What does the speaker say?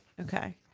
Okay